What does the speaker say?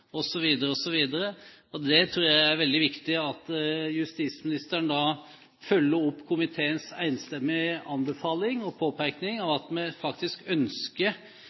av vold, osv. Jeg tror det er veldig viktig at justisministeren følger opp komiteens enstemmige anbefaling og påpeking av at vi faktisk ønsker